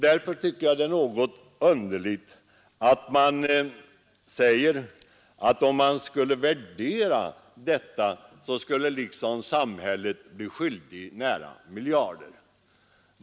Därför tycker jag det är något underligt att man säger, att om man skulle värdera detta skulle samhället så att säga bli skyldigt nära miljarden.